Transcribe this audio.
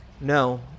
No